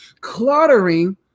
cluttering